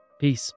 Peace